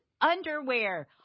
underwear